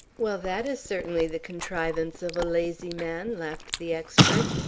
well, that is certainly the contrivance of a lazy man, laughed the expert.